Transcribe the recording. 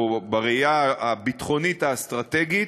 בראייה הביטחונית האסטרטגית,